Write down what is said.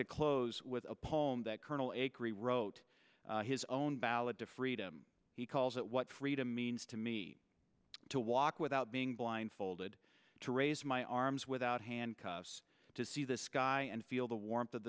to close with a poem that colonel a curry wrote his own ballad to freedom he calls it what freedom means to me to walk without being blindfolded to raise my arms without handcuffs to see the sky and feel the warmth of